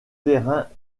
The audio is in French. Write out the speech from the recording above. terrains